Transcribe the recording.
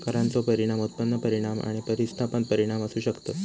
करांचो परिणाम उत्पन्न परिणाम आणि प्रतिस्थापन परिणाम असू शकतत